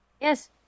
Yes